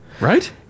Right